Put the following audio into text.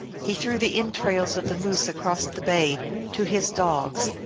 he threw the entrails of the moose across the bay to his dogs,